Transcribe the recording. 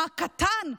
הקטן,